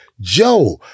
Joe